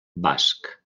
basc